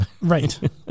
Right